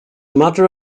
matter